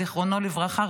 זיכרונו לברכה,